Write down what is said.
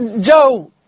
Joe